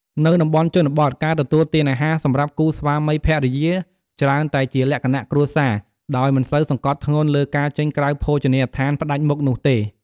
នៅតំបន់ជនបទ ការទទួលទានអាហារសម្រាប់គូស្វាមីភរិយាច្រើនតែជាលក្ខណៈគ្រួសារ ដោយមិនសូវសង្កត់ធ្ងន់លើការចេញក្រៅភោជនីយដ្ឋានផ្តាច់មុខនោះទេ។